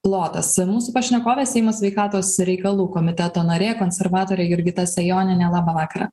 plotas mūsų pašnekovė seimo sveikatos reikalų komiteto narė konservatorė jurgita sejonienė labą vakarą